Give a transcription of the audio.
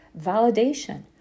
validation